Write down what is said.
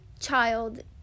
child